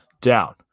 down